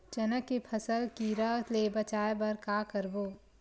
चना के फसल कीरा ले बचाय बर का करबो?